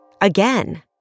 Again